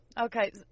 Okay